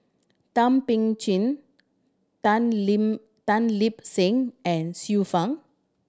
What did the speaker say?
Thum Ping Tjin Tan Lin Tan Lip Seng and Xiu Fang